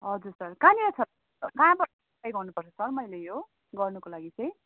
हजुर सर कहाँनिर छ कहाँबाट एप्लाई गर्नुपर्छ सर मैले यो गर्नुको लागि चाहिँ